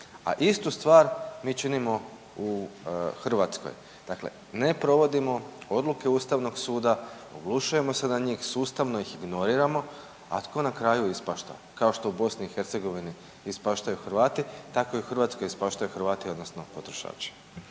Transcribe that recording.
a istu stvar mi činimo u Hrvatskoj. Dakle, ne provodimo odluke Ustavnog suda, oglušujemo se na njih, sustavno ih ignoriramo, a tko na kraju ispašta? Kao što u Bosni i Hercegovini ispaštaju Hrvati, tako i u Hrvatskoj ispaštaju Hrvati odnosno potrošači.